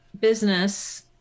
business